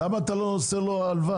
למה אתה לא מוסר לו הלוואה?